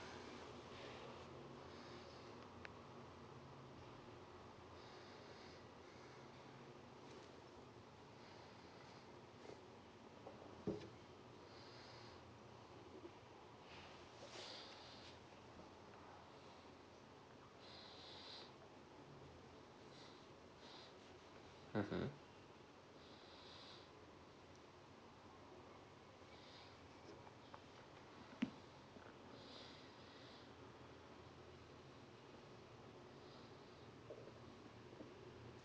mmhmm